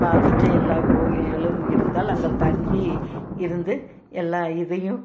பார்த்துட்டு எல்லாம் கோவில்களும் இருந்தால் அங்கே தங்கி இருந்து எல்லா இதையும்